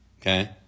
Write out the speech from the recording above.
Okay